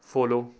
follow